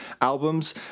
albums